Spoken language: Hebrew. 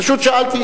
פשוט שאלתי,